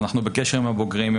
אנחנו בקשר עם הבוגרים,